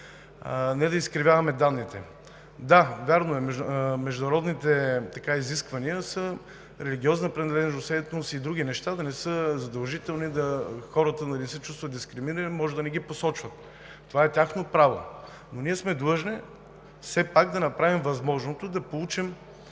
не да изкривяваме данните. Да, вярно е – международните изисквания за религиозната принадлежност, етнос и други неща не са задължителни. Хората, за да не се чувстват дискриминирани, може да не ги посочват – това е тяхно право, но ние сме длъжни все пак да направим възможното да получим